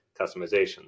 customization